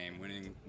winning